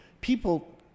people